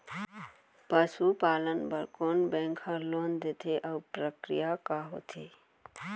पसु पालन बर कोन बैंक ह लोन देथे अऊ प्रक्रिया का होथे?